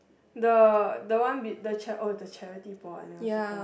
the the one with the char~ oh the charity board I never circle